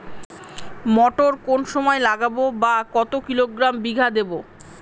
মটর কোন সময় লাগাবো বা কতো কিলোগ্রাম বিঘা দেবো?